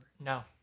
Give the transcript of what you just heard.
No